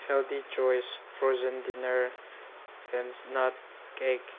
healthy Choice frozen dinner fans not cake